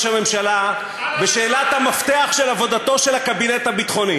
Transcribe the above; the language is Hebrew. הממשלה בשאלת המפתח של עבודתו של הקבינט הביטחוני,